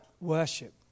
worship